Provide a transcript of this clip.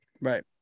right